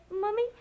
Mummy